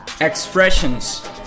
Expressions